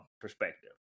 perspective